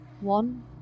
one